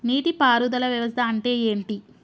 నీటి పారుదల వ్యవస్థ అంటే ఏంటి?